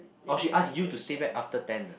oh she ask you to stay back after ten ah